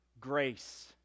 grace